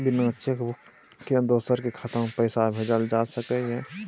बिना cheque book के दोसर के खाता में पैसा भेजल जा सकै ये?